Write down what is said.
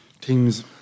teams